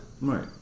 Right